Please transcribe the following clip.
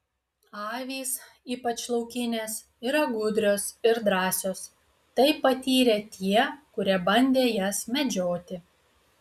avys ypač laukinės yra gudrios ir drąsios tai patyrė tie kurie bandė jas medžioti